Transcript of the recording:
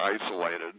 isolated